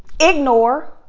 Ignore